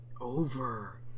over